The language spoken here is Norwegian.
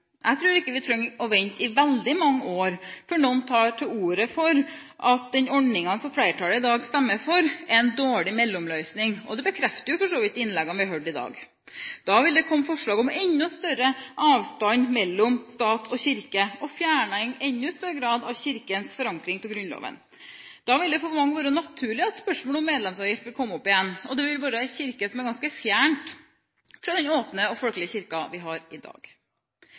Jeg tror ikke vi trenger å vente i veldig mange år før noen tar til orde for at den ordningen som flertallet i dag stemmer for, er en dårlig mellomløsning. Det bekrefter for så vidt innleggene vi har hørt i dag. Da vil det komme forslag om enda større avstand mellom stat og kirke og fjerning i enda større grad av Kirkens forankring i Grunnloven. Da vil det for mange være naturlig at spørsmålet om medlemsavgift kommer opp igjen. Det vil være en kirke som er ganske fjernt fra den åpne og folkelige kirken vi har i dag.